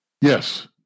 Yes